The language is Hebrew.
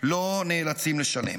לא נאלצים לשלם.